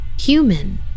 human